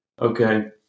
Okay